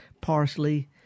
parsley